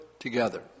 Together